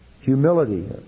humility